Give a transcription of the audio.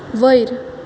वयर